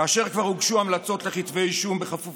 כאשר כבר הוגשו המלצות לכתבי אישום בכפוף